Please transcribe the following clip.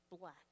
black